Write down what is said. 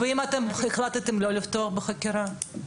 ואם אתם החלטתם לא לפתוח בחקירה?